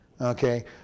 Okay